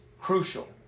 crucial